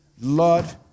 Lord